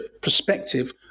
perspective